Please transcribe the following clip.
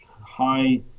high